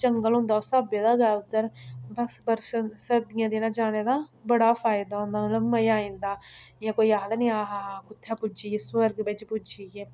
जंगल होंदा उस स्हाबै दा गै उद्धर बस बर्फ सर्दियें दिनें जाने दा बड़ा फायदा होंदा मतलब मज़ा आई जंदा जियां कोई आखदा नी आ हा आ हा कुत्थै पुज्जी गे स्वर्ग बिच्च पुज्जी गे